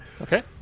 Okay